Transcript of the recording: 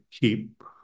keep